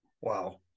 Wow